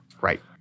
Right